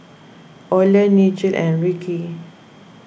Oland Nigel and Ricky